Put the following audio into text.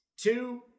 two